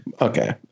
Okay